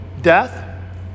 death